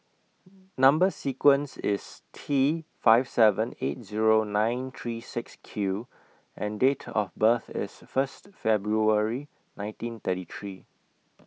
Number sequence IS T five seven eight Zero nine three six Q and Date of birth IS First February nineteen thirty three